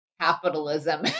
capitalism